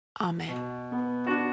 Amen